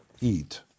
eat